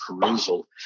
perusal